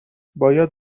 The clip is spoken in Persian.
باید